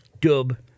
Dub